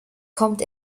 kommt